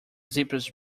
zip’s